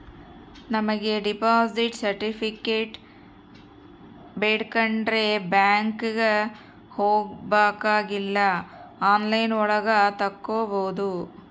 ನಮಿಗೆ deposit certificate ಬೇಕಂಡ್ರೆ ಬ್ಯಾಂಕ್ಗೆ ಹೋಬಾಕಾಗಿಲ್ಲ ಆನ್ಲೈನ್ ಒಳಗ ತಕ್ಕೊಬೋದು